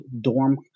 dorm